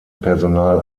personal